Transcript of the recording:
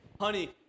Honey